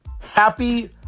Happy